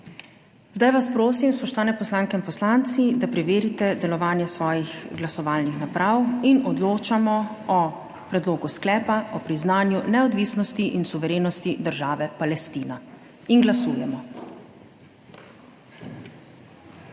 Zdaj vas prosim, spoštovane poslanke in poslanci, da preverite delovanje svojih glasovalnih naprav in odločamo o predlogu sklepa o priznanju neodvisnosti in suverenosti države Palestina. Glasujemo.